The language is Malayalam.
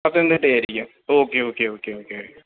പത്തനംതിട്ടയായിരിക്കും ഓക്കെ ഓക്കെ ഓക്കെ ഓക്കെ